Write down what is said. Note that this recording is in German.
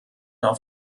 auf